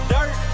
Dirt